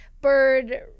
bird